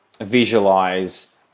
visualize